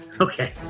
Okay